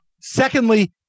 Secondly